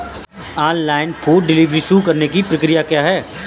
Online food delivery शुरू करने की प्रक्रिया क्या है?